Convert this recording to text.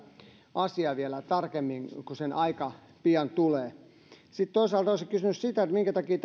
asiaa vielä tarkemmin kun sen aika pian tulee sitten toisaalta olisin kysynyt sitä minkä takia